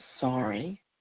sorry